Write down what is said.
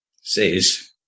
says